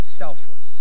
selfless